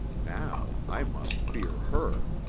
now i must fear her.